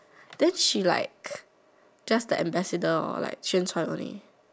then she like just the ambassador or just like 宣传 only